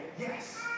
yes